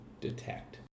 detect